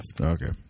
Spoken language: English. Okay